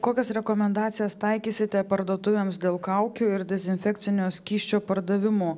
kokias rekomendacijas taikysite parduotuvėms dėl kaukių ir dezinfekcinio skysčio pardavimų